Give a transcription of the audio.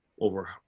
over